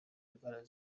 indwara